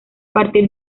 partir